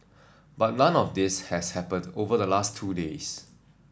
but none of this has happened over the last two days